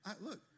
look